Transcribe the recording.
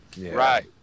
right